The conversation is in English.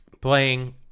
playing